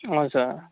हजुर